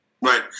Right